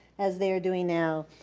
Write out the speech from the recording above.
as they're doing now.